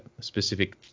specific